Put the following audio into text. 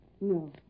No